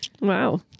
Wow